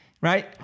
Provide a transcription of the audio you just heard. right